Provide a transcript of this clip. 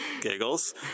giggles